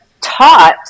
taught